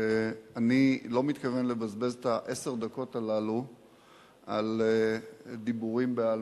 אני לא מתכוון לבזבז את עשר הדקות הללו על דיבורים בעלמא.